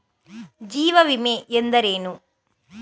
ಜೀವ ವಿಮೆ ಎಂದರೇನು?